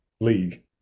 league